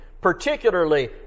particularly